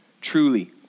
truly